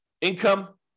Income